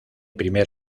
primer